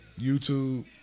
YouTube